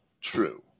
true